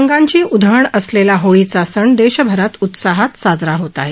रंगांची उधळण असलेला होळीचा सण देशभरात उत्साहात साजरा होत आहे